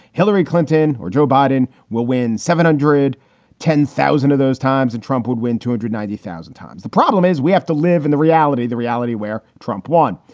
hillary clinton or joe biden will win seven hundred ten thousand of those times and trump would win two hundred ninety thousand times. the problem is we have to live in the reality, the reality where trump won.